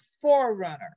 forerunner